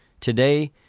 Today